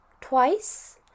twice